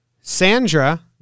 Sandra